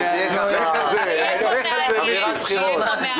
שתהיה אווירת בחירות.